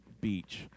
beach